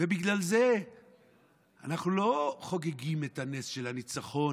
ובגלל זה אנחנו לא חוגגים את הנס של הניצחון